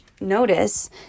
notice